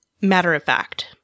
Matter-of-fact